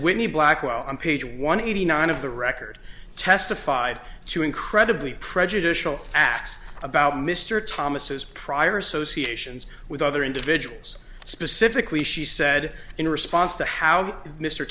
whitney blackwell on page one eighty nine of the record testified to incredibly prejudicial acts about mr thomas's prior associations with other individuals specifically she said in response to how mr